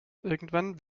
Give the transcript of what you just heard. irgendwann